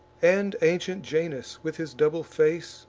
and ancient janus, with his double face,